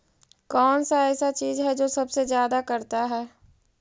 कौन सा ऐसा चीज है जो सबसे ज्यादा करता है?